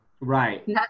Right